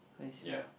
I see